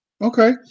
Okay